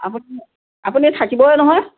আপুনি আপুনি থাকিবই নহয়